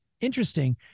interesting